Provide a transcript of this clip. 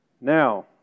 Now